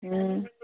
हूँ